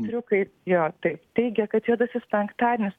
triukai jo taip teigia kad juodasis penktadienis